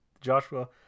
Joshua